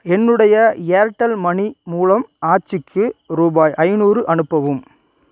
என்னுடைய Airtel Money மூலம் ஆச்சிக்கு ரூபாய் ஐநூறு அனுப்பவும்